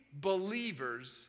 believers